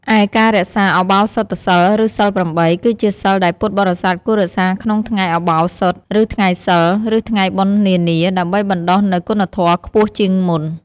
ឯការរក្សាឧបោសថសីល ឬសីល ៨ គឺជាសីលដែលពុទ្ធបរិស័ទគួររក្សាក្នុងថ្ងៃឧបោសថ ឬថ្ងៃសីល ឬថ្ងៃបុណ្យនានា ដើម្បីបណ្ដុះនូវគុណធម៌ខ្ពស់ជាងមុន។